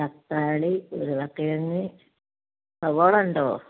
തക്കാളി ഉരുളക്കിഴങ്ങ് സവാള ഉണ്ടോ